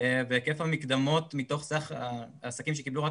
והיקף המקדמות מתוך סך העסקים שקיבלו רק